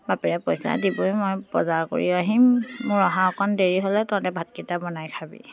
বাপেৰে পইচা দিবই মই বজাৰ কৰিও আহিম মোৰ অহা অকণ দেৰি হ'লে তহঁতে ভাতকেইটা বনাই খাবি